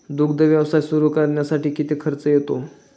दुग्ध व्यवसाय सुरू करण्यासाठी किती खर्च येतो?